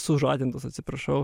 sužadintos atsiprašau